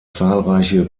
zahlreiche